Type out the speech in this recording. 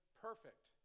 perfect